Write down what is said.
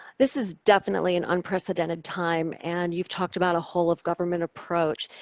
this is definitely an unprecedented time and you've talked about a whole-of-government approach.